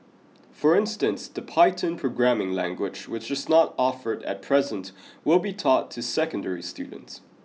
for instance the Python programming language which is not offered at present will be taught to secondary students